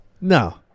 No